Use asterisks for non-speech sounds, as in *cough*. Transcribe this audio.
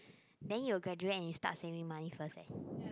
then you will graduate and you start saving money first eh *breath*